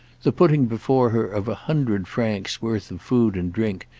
the putting before her of a hundred francs' worth of food and drink,